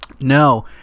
No